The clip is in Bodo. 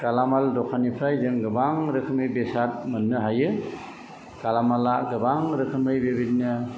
गालामाल दखाननिफ्राय जों गोबां रोखोमनि बेसाद मोन्नो हायो गालामाला गोबां रोखोमै बेबायदिनो